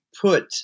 put